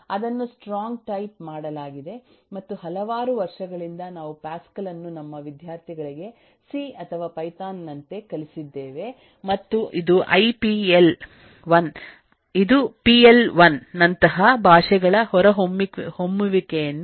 ಅದನ್ನು strong type ಮಾಡಲಾಗಿದೆಮತ್ತುಹಲವಾರು ವರ್ಷಗಳಿಂದ ನಾವು ಪ್ಯಾಸ್ಕಲ್ ಅನ್ನು ನಮ್ಮ ವಿದ್ಯಾರ್ಥಿಗಳಿಗೆಸಿ ಅಥವಾ ಪೈಥಾನ್ ನಂತೆ ಕಲಿಸಿದ್ದೇವೆ ಮತ್ತು ಇದು ಪಿ ಎಲ್1 PL 1 ನಂತಹ ಭಾಷೆಗಳ ಹೊರಹೊಮ್ಮುವಿಕೆಯನ್ನು ಕಂಡಿದೆ